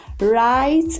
Right